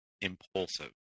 impulsive